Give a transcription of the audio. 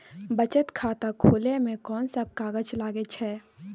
बचत खाता खुले मे कोन सब कागज लागे छै?